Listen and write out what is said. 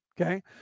okay